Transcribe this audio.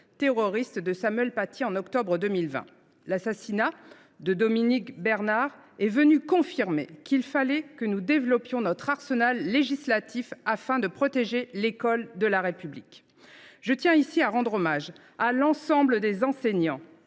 terroriste de Samuel Paty en octobre 2020. L’assassinat de Dominique Bernard est venu confirmer qu’il fallait que nous développions notre arsenal législatif afin de protéger l’école de la République. Je tiens ici à rendre hommage à l’ensemble des enseignants,